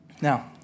Now